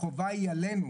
החובה היא עלינו,